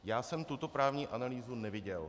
Já jsem tuto právní analýzu neviděl.